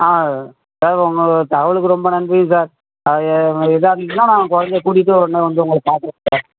ஆ sir உங்கள் தகவலுக்கு ரொம்ப நன்றி சார் எதாவது இருந்துச்சுன்னால் நான் குழந்தையை கூட்டிகிட்டு உடனே வந்து உங்களை பார்க்கறேன் சார்